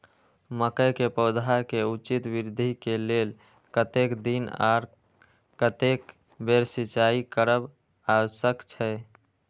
मके के पौधा के उचित वृद्धि के लेल कतेक दिन आर कतेक बेर सिंचाई करब आवश्यक छे?